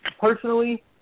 personally